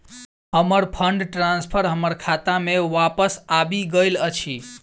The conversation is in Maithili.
हमर फंड ट्रांसफर हमर खाता मे बापस आबि गइल अछि